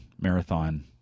Marathon –